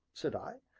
said i,